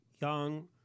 young